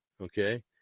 okay